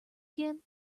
again